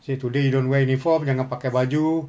say today you don't wear uniform jangan pakai baju